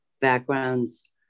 backgrounds